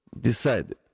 decided